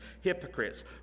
hypocrites